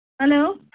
Hello